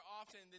often